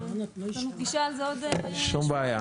אין שום בעיה.